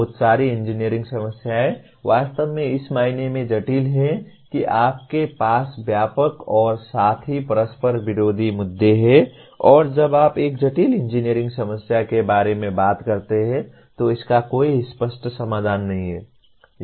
बहुत सारी इंजीनियरिंग समस्याएं वास्तव में इस मायने में जटिल हैं कि आपके पास व्यापक और साथ ही परस्पर विरोधी मुद्दे हैं और जब आप एक जटिल इंजीनियरिंग समस्या के बारे में बात करते हैं तो इसका कोई स्पष्ट समाधान नहीं है